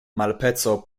malpaco